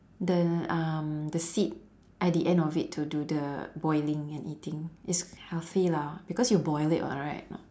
the um the seed at the end of it to do the boiling and eating it's healthy lah because you boil it [what] right or not